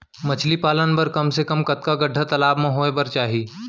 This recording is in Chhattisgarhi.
मछली पालन बर कम से कम कतका गड्डा तालाब म होये बर चाही?